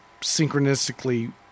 synchronistically